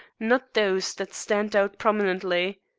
not those that stand out prominently.